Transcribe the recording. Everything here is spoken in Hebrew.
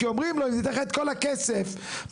כי אומרים לו אם ניתן לך את כל הכסף מכה